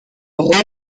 roi